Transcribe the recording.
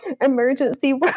emergency